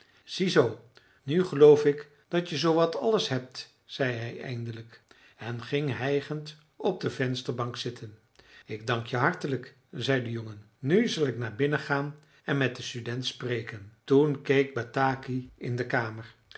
zoo nu geloof ik dat je zoowat alles hebt zei hij eindelijk en ging hijgend op de vensterbank zitten ik dank je hartelijk zei de jongen nu zal ik naar binnen gaan en met den student spreken toen keek bataki in de kamer